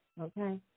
Okay